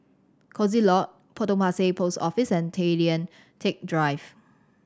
Coziee Lodge Potong Pasir Post Office and Tay Lian Teck Drive